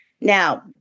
Now